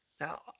Now